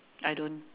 I don't